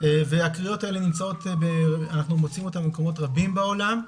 ואנחנו מוצאים את הקריאות האלה במקומות רבים בעולם.